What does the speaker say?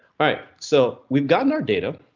alright, so we've gotten our data.